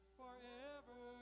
forever